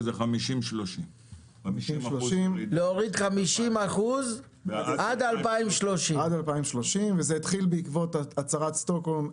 וזה 50-30. להוריד 50% עד 2030. וזה התחיל בעקבות הצהרת סטוקהולם,